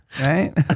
right